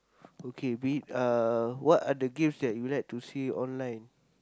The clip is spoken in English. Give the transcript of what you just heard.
okay be it uh what are the games that you like to see online